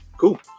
cool